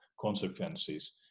consequences